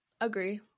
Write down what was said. Agree